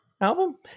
album